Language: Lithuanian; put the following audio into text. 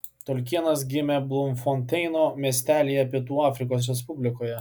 tolkienas gimė blumfonteino miestelyje pietų afrikos respublikoje